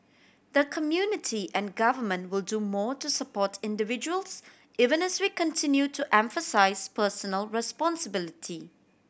the community and government will do more to support individuals even as we continue to emphasise personal responsibility